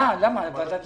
אני מבקש